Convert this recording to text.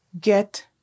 get